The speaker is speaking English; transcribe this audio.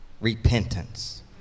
Repentance